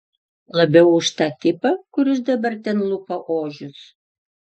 labiau už tą tipą kuris dabar ten lupa ožius